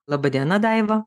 laba diena daiva